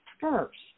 first